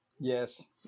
Yes